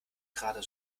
gerade